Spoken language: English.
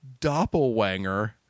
doppelwanger